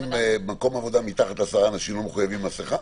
מקום עבודה עם מתחת לעשרה אנשים לא מחויבים מסכה?